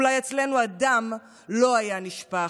אולי אצלנו הדם לא היה נשפך.